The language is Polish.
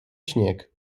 śnieg